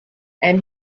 and